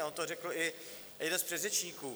On to řekl i jeden z předřečníků.